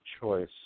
choice